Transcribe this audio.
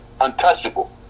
untouchable